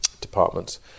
departments